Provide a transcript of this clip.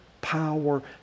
power